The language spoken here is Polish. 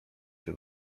się